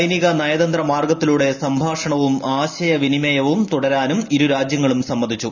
സൈനിക നയതന്ത്ര മാർഗത്തിലൂടെ സംഭാഷണവും ആശയവിനിമയവും തുടരാനും ഇരുരാജ്യങ്ങളും സമ്മതിച്ചു